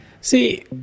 See